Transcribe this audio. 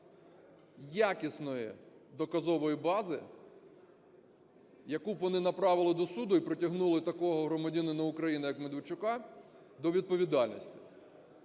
якісної доказової бази, яку б вони направили до суду і притягнули такого громадянина України, як Медведчука, до відповідальності,